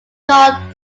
gone